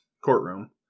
courtroom